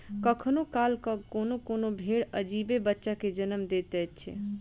कखनो काल क कोनो कोनो भेंड़ अजीबे बच्चा के जन्म दैत छै